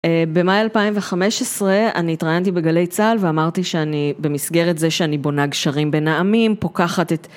במאי 2015, אני התראיינתי בגלי צה״ל ואמרתי שאני, במסגרת זה שאני בונה גשרים בין העמים, פוקחת את...